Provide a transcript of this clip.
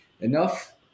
enough